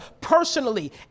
personally